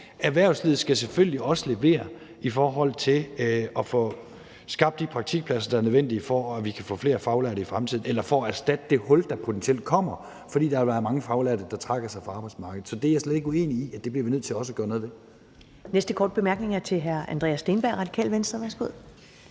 erhvervslivet skal selvfølgelig også levere i forhold til at få skabt de praktikpladser, der er nødvendige, for at vi kan få flere faglærte i fremtiden, eller for at erstatte det hul, der potentielt kommer, fordi der vil være mange faglærte, der trækker sig fra arbejdsmarkedet. Så det er jeg slet ikke uenig i at vi også bliver nødt til at gøre noget ved. Kl. 10:21 Første næstformand (Karen Ellemann): Den næste korte bemærkning er til hr. Andreas Steenberg, Radikale Venstre. Værsgo.